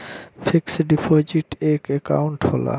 fix deposit एक account होला